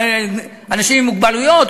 אנשים עם מוגבלות,